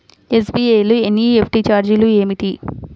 SBI లో NEFT ఛార్జీలు ఏమిటి?